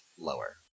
lower